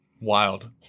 Wild